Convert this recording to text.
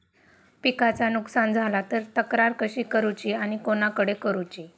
पिकाचा नुकसान झाला तर तक्रार कशी करूची आणि कोणाकडे करुची?